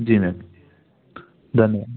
जी ma'am धन्यवाद